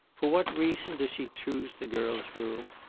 for what reason does she choose the girl's room,